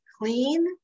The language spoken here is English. clean